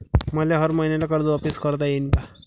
मले हर मईन्याले कर्ज वापिस करता येईन का?